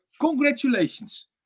congratulations